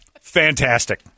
fantastic